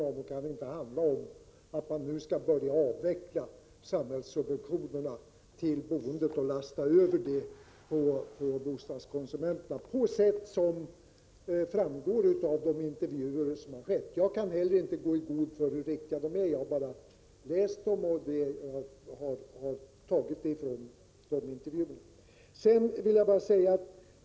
Det kan inte bli fråga om att nu börja avveckla samhällssubventionerna till boendet och lasta över kostnaderna på bostadskonsumenterna på sätt som framgår av de intervjuer som har gjorts. Jag kan heller inte gå i god för hur riktiga dessa intervjuer är utan jag har bara läst dem och tagit uppgifterna från dem.